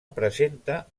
presenta